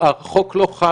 ממש לא.